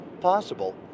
possible